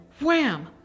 wham